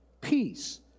peace